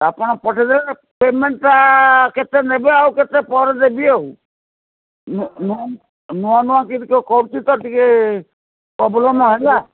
ଆପଣ ପଠେଇଦେବେ ପେମେଣ୍ଟଟା କେତେ ନେବେ ଆଉ କେତେ ପରେ ଦେବି ଆଉ ନଆ ନୂଆ ନୂଆ କିରି କ କରୁଛି ତ ଟିକେ ପ୍ରୋବ୍ଲେମ୍ ହେଲା